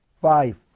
Five